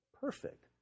Perfect